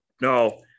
No